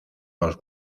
los